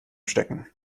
stecken